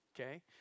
okay